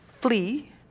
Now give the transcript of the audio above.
flee